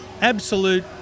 absolute